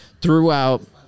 throughout